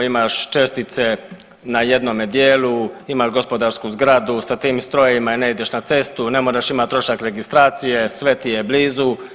Imaš čestice na jednome dijelu, imaš gospodarsku zgradu sa tim strojevima, ne ideš na cestu, ne moraš imati trošak registracije, sve ti je blizu.